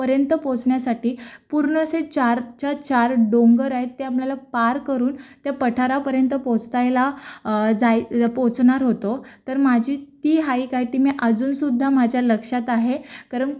पर्यंत पोचण्यासाठी पूर्ण असे चारच्या चार डोंगर आहेत ते आपल्याला पार करून त्या पठारापर्यंत पोचतायला जाय पोचणार होतो तर माझी ती हाईक आहे ती मी अजूनसुद्धा माझ्या लक्षात आहे कारण